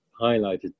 highlighted